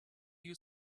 you